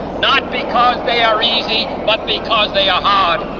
not because they are easy, but because they are hard,